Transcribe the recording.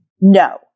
no